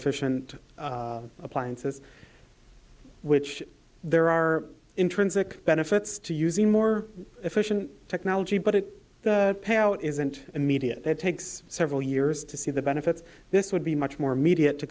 efficient appliances which there are intrinsic benefits to using more efficient technology but it isn't immediate takes several years to see the benefits this would be much more immediate to